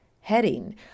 heading